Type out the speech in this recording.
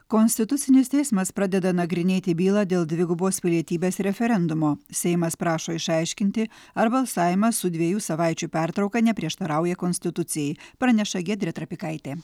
konstitucinis teismas pradeda nagrinėti bylą dėl dvigubos pilietybės referendumo seimas prašo išaiškinti ar balsavimas su dviejų savaičių pertrauka neprieštarauja konstitucijai praneša giedrė trapikaitė